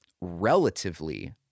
relatively –